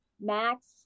max